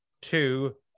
two